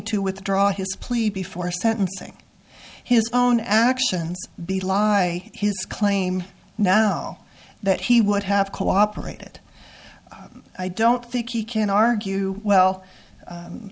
to withdraw his plea before sentencing his own actions be lie his claim now that he would have cooperated i don't think he can argue well